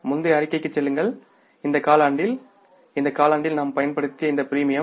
முந்தைய அறிக்கைக்குச் செல்லுங்கள் இந்த காலாண்டில் இந்த காலாண்டில் நாம் பயன்படுத்திய இந்த பிரீமியம்